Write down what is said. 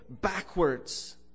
backwards